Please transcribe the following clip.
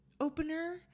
opener